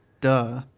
duh